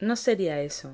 no sería eso